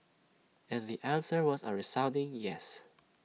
and the answer was A resounding yes